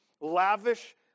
Lavish